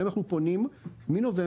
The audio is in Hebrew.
אליהם אנחנו פונים מנובמבר.